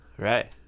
right